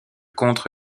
contre